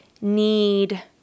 need